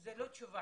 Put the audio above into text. זו לא תשובה.